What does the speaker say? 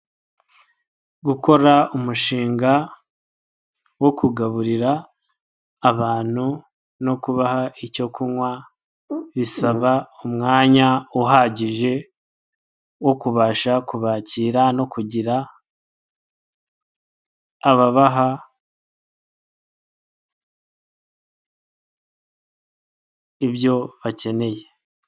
Gukora umushinga wo kugaburira abantu no kubaha icyo kunywa bisaba umwanya uhagije wo kubasha kubakira no kugira ababaha ibyo bakeneye.